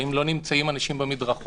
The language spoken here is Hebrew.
האם לא נמצאים אנשים במדרכות,